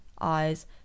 eyes